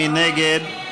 מי נגד?